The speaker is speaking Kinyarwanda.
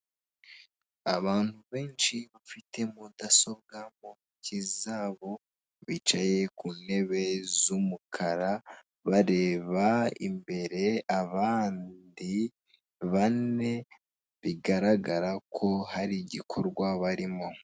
Abantu benshi bafite mudasobwa mu ntoki zabo bicaye ku ntebe z'umukara bareba imbere, abandi bane bigaragara ko hari igikorwa barimo.